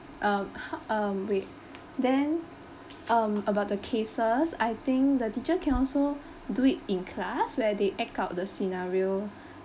um h~ um wait then um about the cases I think the teacher can also do it in class where they act out the scenario